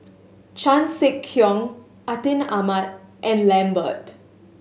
Chan Sek Keong Atin Amat and Lambert